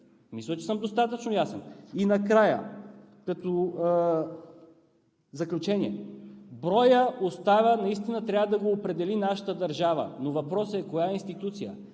Мисля, че съм достатъчно ясен. В заключение: броят остава и наистина трябва да го определи нашата държава, но въпросът е коя институция